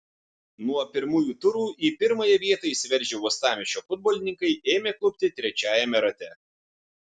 nuo pirmųjų turų į pirmąją vietą išsiveržę uostamiesčio futbolininkai ėmė klupti trečiajame rate